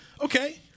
Okay